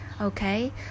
Okay